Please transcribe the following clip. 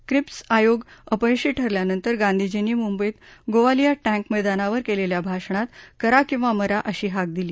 Cripps आयोग अपयशी ठरल्यानंतर गांधीजींनी मुंबईत गोवालिया टैंक मैदानावर केलेल्या भाषणात करा किंवा मरा अशी हाक दिली